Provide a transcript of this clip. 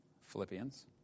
Philippians